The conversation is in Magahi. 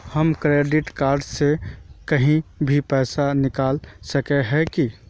हम क्रेडिट कार्ड से कहीं भी पैसा निकल सके हिये की?